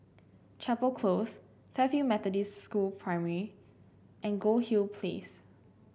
Chapel Close Fairfield Methodist School Primary and Goldhill Place